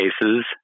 cases